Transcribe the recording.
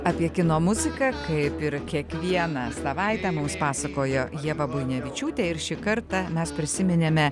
apie kino muziką kaip ir kiekvieną savaitę mums pasakojo ieva buinevičiūtė ir šį kartą mes prisiminėme